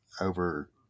over